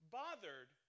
bothered